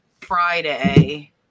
Friday